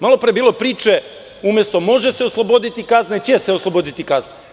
Malo pre je bilo priče da umesto: "može se osloboditi kazne", stoji: "će se osloboditi kazne"